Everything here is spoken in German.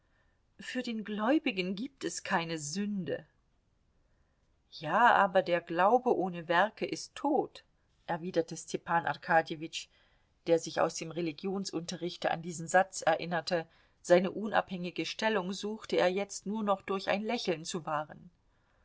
für den gläubigen gibt es keine sünde ja aber der glaube ohne werke ist tot erwiderte stepan arkadjewitsch der sich aus dem religionsunterrichte an diesen satz erinnerte seine unabhängige stellung suchte er jetzt nur noch durch ein lächeln zu wahren